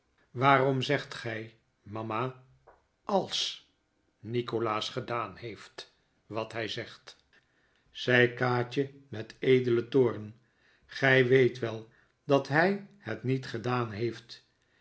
waarom zegt gij mama als nikolaas gedaan heeft wat hij zegt zei kaatje met edelen toorn gij weet wel dat hij het niet gedaan heeft